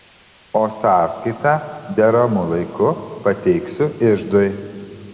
o sąskaitą deramu laiku pateiksiu iždui